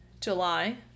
July